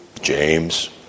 James